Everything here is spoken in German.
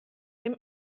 dem